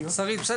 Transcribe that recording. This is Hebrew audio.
שרית, בסדר?